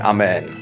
Amen